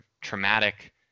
traumatic